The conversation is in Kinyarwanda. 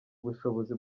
ubushobozi